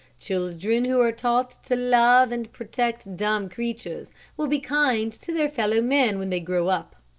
children who are taught to love and protect dumb creatures will be kind to their fellow-men when they grow up.